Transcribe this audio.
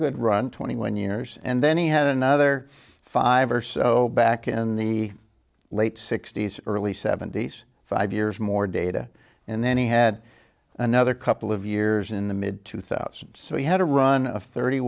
good run twenty one years and then he had another five or so back in the late sixty's early seventy's five years more data and then he had another couple of years in the mid two thousand so he had a run of thirty